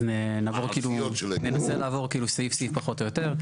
אז ננסה לעבור סעיף סעיף פחות או יותר.